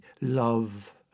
love